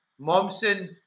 Momsen